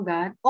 God